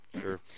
Sure